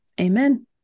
Amen